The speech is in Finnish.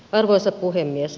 arvoisa puhemies